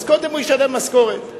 אז קודם הוא ישלם משכורת,